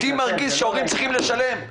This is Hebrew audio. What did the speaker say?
אותי מרגיז שהורים צריכים לשלם.